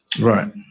Right